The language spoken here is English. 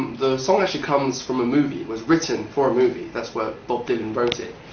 the song actually comes from a movie, it was written for a movie, that's why bob dylan wrote it.